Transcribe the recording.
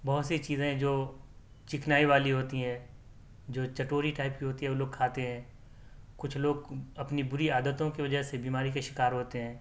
بہت سی چیزیں جو چکنائی والی ہوتی ہیں جو چٹوری ٹائپ کی ہوتی ہیں وہ لوگ کھاتے ہیں کچھ لوگ اپنی بری عادتوں کی وجہ سے بیماری کا شکار ہوتے ہیں